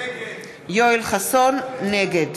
נגד